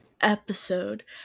episode